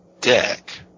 deck